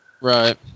Right